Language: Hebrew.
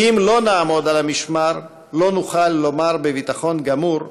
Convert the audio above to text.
כי אם לא נעמוד על המשמר לא נוכל לומר בביטחון גמור,